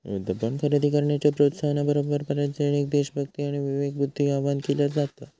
युद्ध बॉण्ड खरेदी करण्याच्या प्रोत्साहना बरोबर, बऱ्याचयेळेक देशभक्ती आणि विवेकबुद्धीक आवाहन केला जाता